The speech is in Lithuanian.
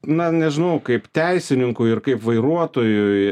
na nežinau kaip teisininkui ir kaip vairuotojui